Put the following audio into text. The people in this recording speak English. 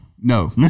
No